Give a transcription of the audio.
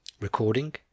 Recording